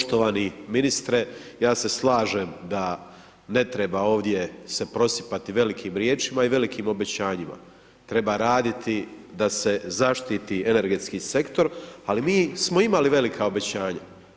Poštovani ministre, ja se slažem da ne treba ovdje se prosipati velikim riječima i velikim obećanjima, treba raditi da se zaštiti energetski sektor, ali mi smo imali velika obećanja.